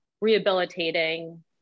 rehabilitating